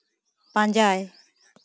ᱯᱟᱸᱡᱟᱭ